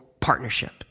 partnership